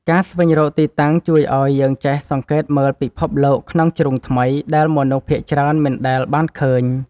ការស្វែងរកទីតាំងជួយឱ្យយើងចេះសង្កេតមើលពិភពលោកក្នុងជ្រុងថ្មី ដែលមនុស្សភាគច្រើនមិនដែលបានឃើញ។